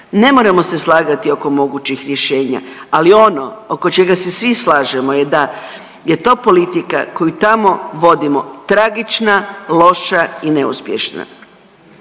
Ne moramo se slagati oko mogućih rješenja. Ali ono oko čega se svi slažemo je da je to politika koju tamo vodimo tragična, loša i neuspješna,